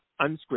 unscripted